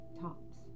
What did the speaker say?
Tops